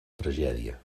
tragèdia